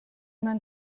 man